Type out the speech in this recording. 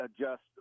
adjust